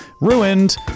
Ruined